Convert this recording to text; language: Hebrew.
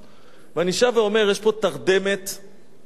אתמול היתה הפגנה של תושבי שכונת-שפירא שנאנקים